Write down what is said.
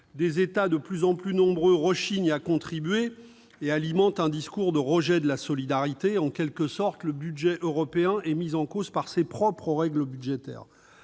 Des États, de plus en plus nombreux, rechignent à contribuer et alimentent un discours de rejet de la solidarité. En somme, le budget européen est mis en cause du fait de ses propres règles budgétaires.